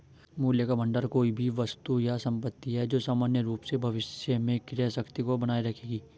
मूल्य का भंडार कोई भी वस्तु या संपत्ति है जो सामान्य रूप से भविष्य में क्रय शक्ति को बनाए रखेगी